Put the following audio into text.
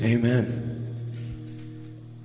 Amen